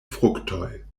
fruktoj